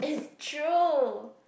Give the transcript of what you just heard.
true